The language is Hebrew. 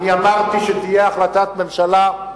אמרתי שתהיה החלטת ממשלה,